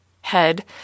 head